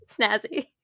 snazzy